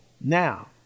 Now